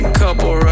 couple